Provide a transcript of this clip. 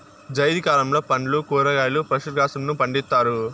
జైద్ కాలంలో పండ్లు, కూరగాయలు, పశు గ్రాసంను పండిత్తారు